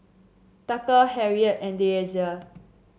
Tucker Harriet and Deasia